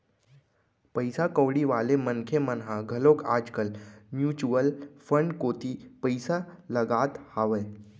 पइसा कउड़ी वाले मनखे मन ह घलोक आज कल म्युचुअल फंड कोती पइसा लगात हावय